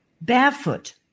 Barefoot